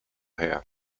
her